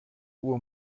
uhr